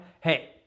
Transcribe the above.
hey